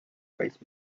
país